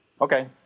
Okay